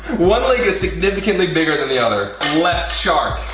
one leg is significantly bigger than the other. left shark